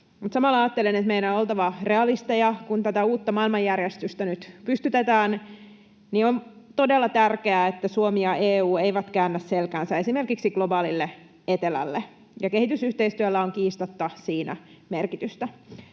samalla ajattelen, että meidän on oltava realisteja. Kun tätä uutta maailmanjärjestystä nyt pystytetään, on todella tärkeää, että Suomi ja EU eivät käännä selkäänsä esimerkiksi globaalille etelälle, ja kehitysyhteistyöllä on siinä kiistatta merkitystä.